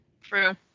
True